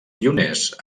pioners